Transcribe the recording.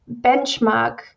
benchmark